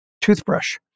toothbrush